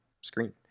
screen